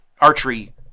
archery